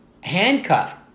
Handcuffed